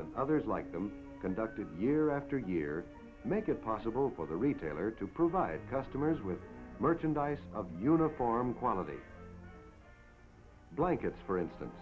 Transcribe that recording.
and others like them conducted year after year make it possible for the retailer to provide customers with merchandise of uniform quality blankets for instance